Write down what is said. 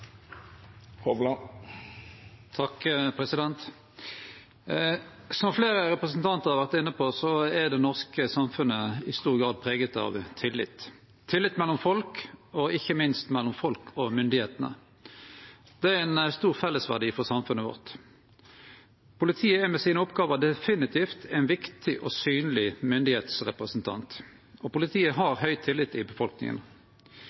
Som fleire representantar har vore inne på, er det norske samfunnet i stor grad prega av tillit – tillit mellom folk og ikkje minst mellom folk og myndigheitene. Det er ein stor fellesverdi for samfunnet vårt. Politiet er med sine oppgåver definitivt ein viktig og synleg myndigheitsrepresentant, og politiet har